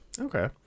Okay